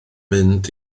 mynd